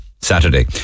Saturday